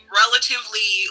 relatively